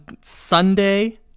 Sunday